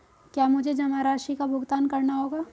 क्या मुझे जमा राशि का भुगतान करना होगा?